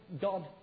God